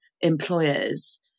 employers